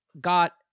got